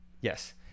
yes